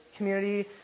Community